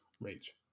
rage